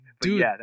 Dude